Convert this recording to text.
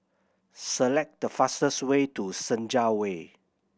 select the fastest way to Senja Way